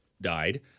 died